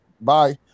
bye